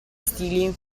stili